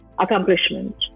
accomplishment